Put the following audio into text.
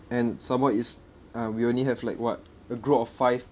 and some more it's uh we only have like what a group of five